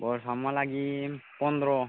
बरफमहालागि फन्द्र